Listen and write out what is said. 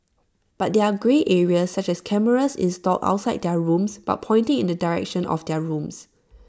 but there are grey areas such as cameras installed outside their rooms but pointing in the direction of their rooms